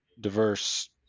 diverse